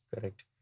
correct